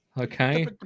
Okay